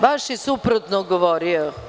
Baš je suprotno govorio.